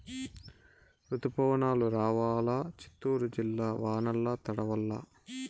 రుతుపవనాలు రావాలా చిత్తూరు జిల్లా వానల్ల తడవల్ల